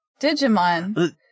Digimon